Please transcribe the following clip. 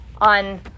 on